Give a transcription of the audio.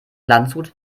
landshut